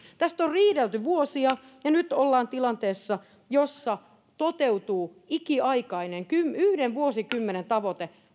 tästä on riidelty vuosia ja nyt ollaan tilanteessa jossa toteutuu ikiaikainen yhden vuosikymmenen tavoite